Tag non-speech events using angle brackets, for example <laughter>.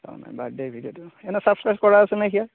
birthday ভিডিঅ'টো এনেই subscribe কৰা আছে নে <unintelligible>